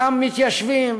אותם מתיישבים,